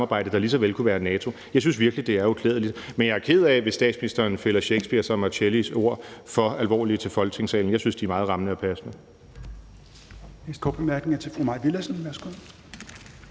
samarbejde, der lige så vel kunne være NATO. Jeg synes virkelig, det er uklædeligt. Men jeg er ked af, hvis statsministeren finder Shakespeares og Marcellus' ord for alvorlige til Folketingssalen. Jeg synes, de er meget rammende og passende.